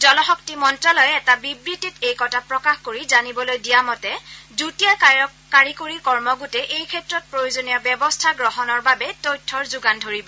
জলশক্তি মন্ত্ৰালয়ে এটা বিবৃতিত এই কথা প্ৰকাশ কৰি জানিবলৈ দিয়া মতে যুটীয়া কাৰিকৰী কৰ্মগোটে এইক্ষেত্ৰত প্ৰয়োজনীয় ব্যৱস্থা গ্ৰহণৰ বাবে তথ্যৰ যোগান ধৰিব